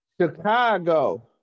Chicago